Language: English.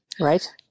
right